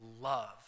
love